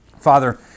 Father